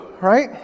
right